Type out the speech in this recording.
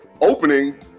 opening